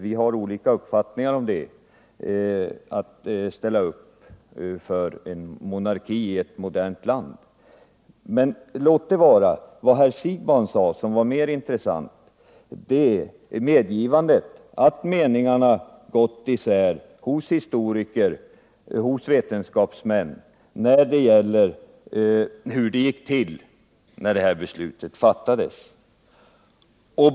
Vi har olika uppfattningar om att ställa upp för en monarki i ett modernt land. Men låt det vara. Vad herr Siegbahn sade som var mer intressant var medgivandet att meningarna gått isär hos historiker, hos vetenskapsmän, när det gäller hur det gick till när detta beslut fattades.